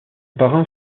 parrain